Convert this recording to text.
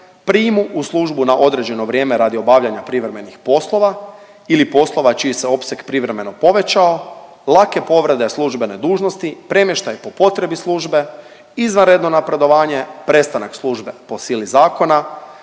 prijmu u službu na određeno vrijeme radi obavljanja privremenih poslova ili poslova čiji se opseg privremeno povećao, lake povrede službene dužnosti, premještaj po potrebi službe, izvanredno napredovanje, prestanak službe po sili zakona,